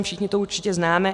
Všichni to určitě známe.